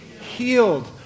healed